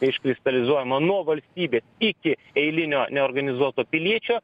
iškristalizuojama nuo valstybės iki eilinio neorganizuoto piliečio